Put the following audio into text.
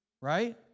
Right